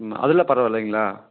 ம் அதெலாம் பரவாயில்லிங்களா